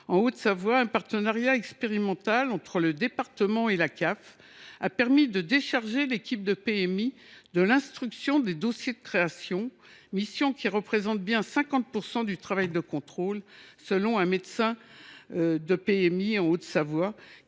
En Haute Savoie, un partenariat expérimental entre le département et la CAF a permis de décharger l’équipe de la PMI de l’instruction des dossiers de création, mission qui représente 50 % du travail de contrôle, selon un médecin de la PMI. Ce dernier